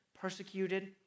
persecuted